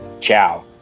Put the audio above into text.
Ciao